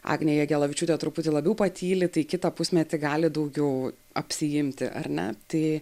agnė jagelavičiūtė truputį labiau patyli tai kitą pusmetį gali daugiau apsiimti ar ne tai